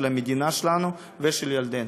של המדינה שלנו ושל ילדינו.